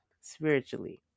spiritually